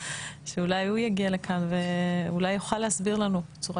שאולי הוא יגיע לכאן ואולי יוכל להסביר לנו בצורה